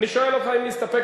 אני שואל אותך האם להסתפק